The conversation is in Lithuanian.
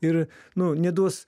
ir nu neduos